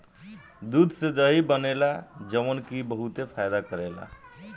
दूध से दही बनेला जवन की बहुते फायदा करेला